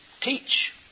teach